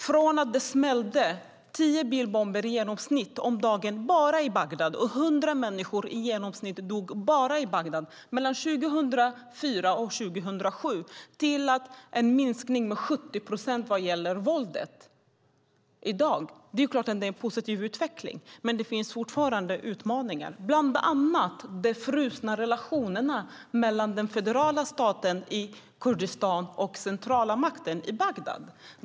Från att det i genomsnitt smällde tio bilbomber om dagen bara i Bagdad och hundra människor i genomsnitt dog bara i Bagdad 2004-2007 har det i dag skett en minskning med 70 procent vad gäller våldet. Det är klart att det är en positiv utveckling. Men det finns fortfarande utmaningar. Det gäller bland annat de frusna relationerna mellan den federala staten i Kurdistan och den centrala makten i Bagdad.